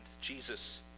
Jesus